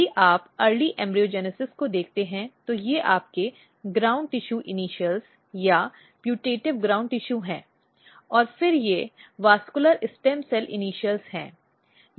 यदि आप प्रारंभिक भ्रूणजनन को देखते हैं तो ये आपके ग्राउंड टिशू इनिशियल्स या प्यूटटिव ग्राउंड टिशू हैं और फिर ये वैस्कुलर स्टेम सेल इनिशियल हैं